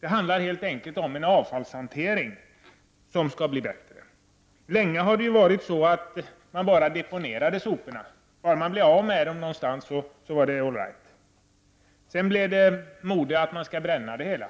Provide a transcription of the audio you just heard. Det handlar helt enkelt om att avfallshanteringen skall bli bättre. Länge har man bara deponerat soporna. Bara man blev av med soporna så var det all right. Sedan blev det på modet att man skulle bränna soporna.